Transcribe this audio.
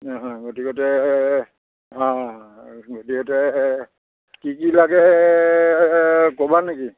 অ গতিকতে অ গতিকতে কি কি লাগে ক'বা নেকি